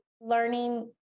learning